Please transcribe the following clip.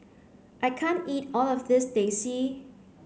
I can't eat all of this teh c